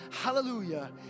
hallelujah